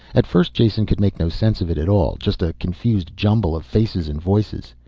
at first jason could make no sense of it at all. just a confused jumble of faces and voices.